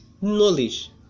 knowledge